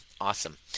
awesome